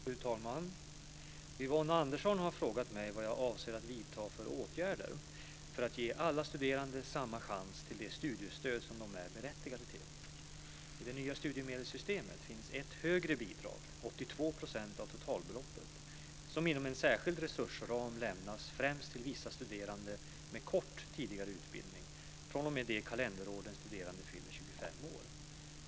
Fru talman! Yvonne Andersson har frågat mig vad jag avser att vidta för åtgärder för att ge alla studerande samma chans till det studiestöd som de är berättigade till. I det nya studiemedelssystemet finns ett högre bidrag, 82 % av totalbeloppet, som inom en särskild resursram lämnas främst till vissa studerande med kort tidigare utbildning fr.o.m. det kalenderår den studerande fyller 25 år.